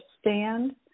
stand